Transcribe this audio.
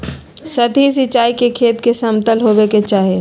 सतही सिंचाई के खेत के समतल होवे के चाही